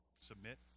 Submit